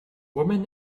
woman